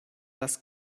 das